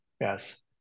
Yes